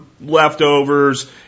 leftovers